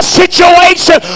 situation